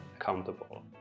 accountable